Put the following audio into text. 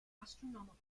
astronomical